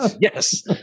Yes